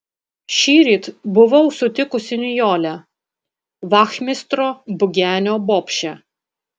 šįryt buvau sutikusi nijolę vachmistro bugenio bobšę